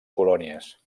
colònies